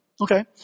Okay